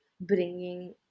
bringing